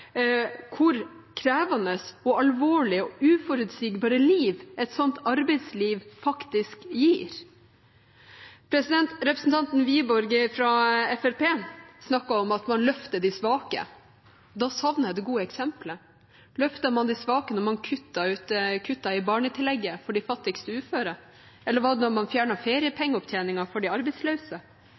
hvor krevende og alvorlig det er, og hvilket uforutsigbart liv et sånt arbeidsliv faktisk gir. Representanten Wiborg fra Fremskrittspartiet snakket om at man løfter de svake. Da savner jeg det gode eksemplet. Løftet man de svake da man kuttet i barnetillegget for de fattigste uføre, eller var det da man fjernet feriepengeopptjeningen for de arbeidsløse?